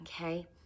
Okay